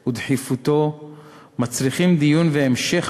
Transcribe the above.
דחיפותו של נושא זה מצריכה דיון והמשך